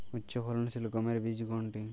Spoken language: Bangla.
উচ্চফলনশীল গমের বীজ কোনটি?